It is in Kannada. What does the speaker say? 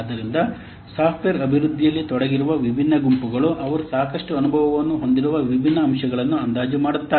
ಆದ್ದರಿಂದ ಸಾಫ್ಟ್ವೇರ್ ಅಭಿವೃದ್ಧಿಯಲ್ಲಿ ತೊಡಗಿರುವ ವಿಭಿನ್ನ ಗುಂಪುಗಳು ಅವರು ಸಾಕಷ್ಟು ಅನುಭವವನ್ನು ಹೊಂದಿರುವ ವಿಭಿನ್ನ ಅಂಶಗಳನ್ನು ಅಂದಾಜು ಮಾಡುತ್ತಾರೆ